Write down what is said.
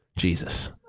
jesus